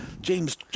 James